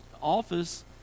office